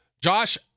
Josh